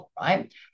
right